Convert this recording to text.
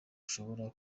ashobora